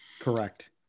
Correct